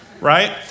Right